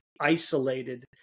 isolated